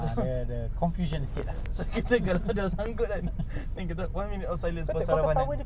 confusion sikit ah so kita tersangkut kan dan kita one minute of silence pasal sabaranan ni